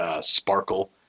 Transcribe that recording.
Sparkle